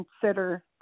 consider